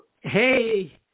Hey